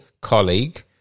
colleague